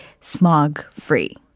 smog-free